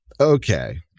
Okay